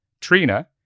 Trina